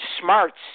smarts